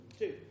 two